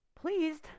pleased